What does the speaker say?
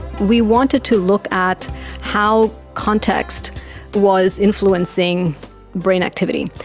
we wanted to look at how context was influencing brain activity.